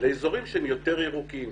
לאזורים שהם יותר ירוקים.